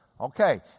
Okay